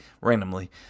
randomly